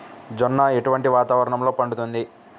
జొన్న ఎటువంటి వాతావరణంలో పండుతుంది?